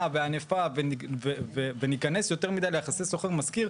וענפה וניכנס יותר מידי ליחסי שוכר-משכיר,